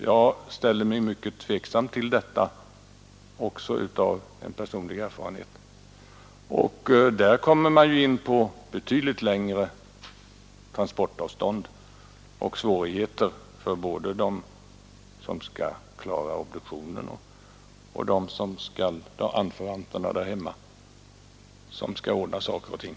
Jag ställer mig mycket tveksam till detta, också av personlig erfarenhet. Man kommer då in på betydligt längre transportavstånd och svårigheter för både dem som skall klara obduktionen och för anförvanterna därhemma som skall ordna saker och ting.